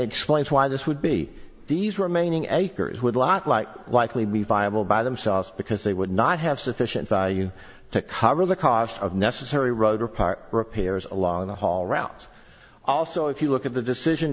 explains why this would be these remaining acres would lot like likely be viable by themselves because they would not have sufficient value to cover the cost of necessary road apart repairs along the hall routes also if you look at the decision